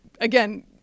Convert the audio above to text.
Again